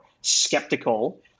skeptical